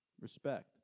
respect